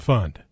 Fund